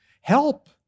help